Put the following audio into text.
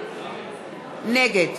נגד